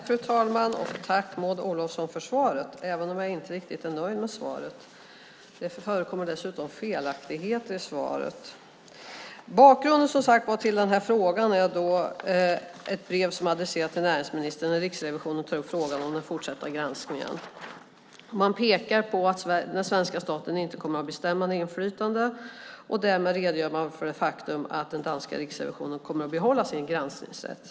Fru talman! Tack för svaret, Maud Olofsson, även om jag inte är helt nöjd med det. Det förekommer dessutom felaktigheter i svaret. Bakgrunden till frågan är ett brev som är adresserat till näringsministern där Riksrevisionen tar upp frågan om den fortsatta granskningen. Man pekar på att den svenska staten inte kommer att ha bestämmande inflytande. Däremot redogör man för det faktum att den danska riksrevisionen kommer att behålla sin granskningsrätt.